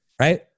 right